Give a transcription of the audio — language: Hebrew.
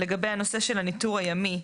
לגבי הנושא של הניטור הימי,